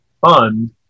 fund